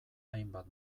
hainbat